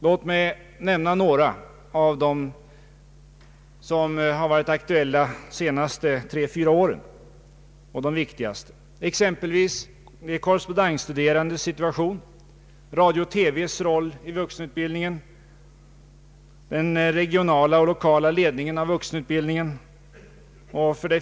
Låt mig nämna några av de viktigaste som har varit aktuella de senaste tre fyra åren: de korrespondensstuderandes situation, radions och TV:s roll i vuxenutbildningen, den regionala och lokala ledningen av vuxenutbildningen.